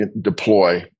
deploy